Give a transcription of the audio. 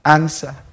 Answer